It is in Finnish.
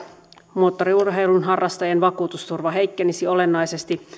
moottoriurheilun harrastajien vakuutusturva heikkenisi olennaisesti